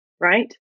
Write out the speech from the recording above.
right